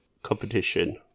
Competition